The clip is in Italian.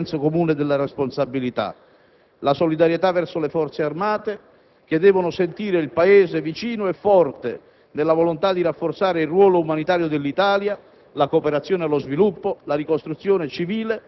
Su un solo valore credo che questa volta prevalga il senso comune della responsabilità: la solidarietà verso le Forze Armate, che devono sentire il Paese vicino e forte nella volontà di rafforzare il ruolo umanitario dell'Italia,